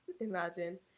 imagine